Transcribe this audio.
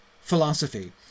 philosophy